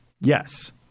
Yes